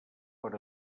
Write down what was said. per